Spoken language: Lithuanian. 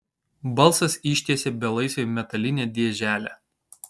balsas ištiesė belaisviui metalinę dėželę